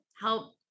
help